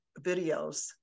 videos